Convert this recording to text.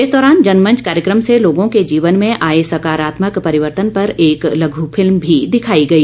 इस दौरान जनमंच कार्यक्रम से लोगों के जीवन में आए सकारात्मक परिवर्तन पर एक लघु फिल्म भी दिखाई गई